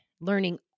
learning